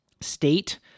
state